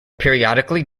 periodically